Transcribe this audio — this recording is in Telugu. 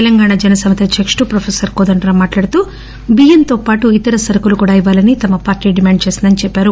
తెలంగాణ జన సమితి అధ్యకుడు ప్రొఫెసర్ కోదండరాం మాట్లాడుతూ బియ్యంతోపాటు ఇతర సరుకులు కూడా ఇవ్వాలని తమ పార్టీ డిమాండ్ చేసిందని చెప్పారు